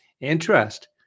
interest